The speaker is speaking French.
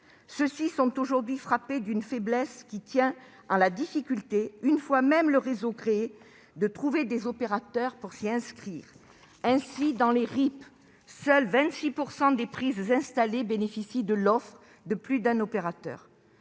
Ceux-ci sont aujourd'hui frappés d'une faiblesse qui tient à la difficulté, une fois même le réseau créé, de trouver des opérateurs pour s'y inscrire. Ainsi, dans les RIP, seuls 26 % des prises installées bénéficient de l'offre de plus d'un opérateur.